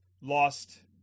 lost